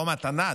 לא מתנה,